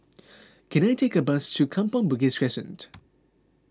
can I take a bus to Kampong Bugis Crescent